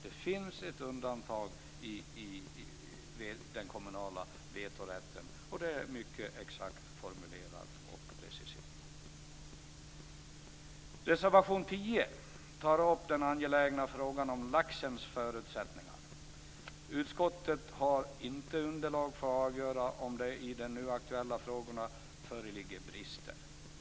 Det finns ett undantag i den kommunala vetorätten, och det är mycket exakt formulerat och preciserat. I reservation 10 tas den angelägna frågan om laxens förutsättningar upp. Utskottet har inte underlag för att avgöra om det i de nu aktuella frågorna föreligger brister.